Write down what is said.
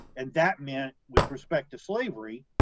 and that meant, with respect to slavery,